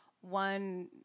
one